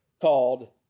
called